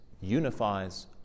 unifies